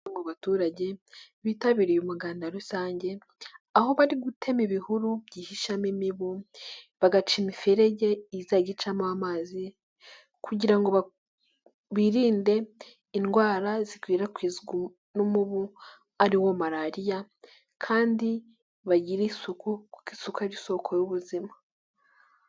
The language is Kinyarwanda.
Abaturage bitabiriye umuganda rusange, aho bari gutema ibihuru byihishamo imibu, bagaca imiferege izajya icamo amazi, kugira ngo birinde indwara zikwirakwizwa n'umubu ari wo malariya, kandi bagire isuku kuko isuka ari isoko y'ubuzima.